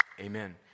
Amen